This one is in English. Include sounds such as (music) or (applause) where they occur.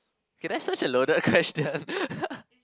can I search a loaded question (laughs)